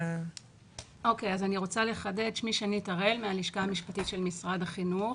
אני מהלשכה המשפטית של משרד החינוך,